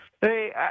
hey